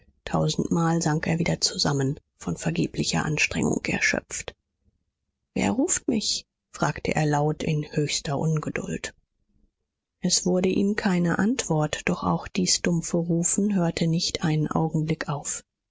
tausendmal sank er wieder zusammen von vergeblicher anstrengung erschöpft wer ruft mich fragte er laut in höchster ungeduld es wurde ihm keine antwort doch auch dies dumpfe rufen hörte nicht einen augenblick auf